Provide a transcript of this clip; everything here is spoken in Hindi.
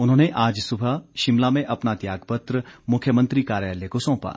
उन्होंने आज सुबह शिमला में अपना त्यागपत्र मुख्यमंत्री कार्यालय को सौंपा